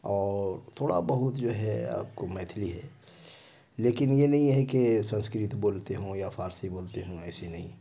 اور تھوڑا بہت جو ہے آپ کو میتھلی ہے لیکن یہ نہیں ہے کہ سنسکرت بولتے ہوں یا فارسی بولتے ہوں ایسی نہیں